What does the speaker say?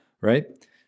right